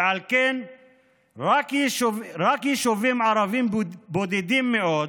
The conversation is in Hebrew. ועל כן רק יישובים ערביים בודדים מאוד